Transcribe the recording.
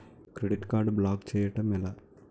Credit card block చేయడం ఎలా?